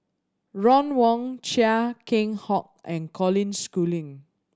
Ron Wong Chia Keng Hock and Colin Schooling